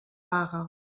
pague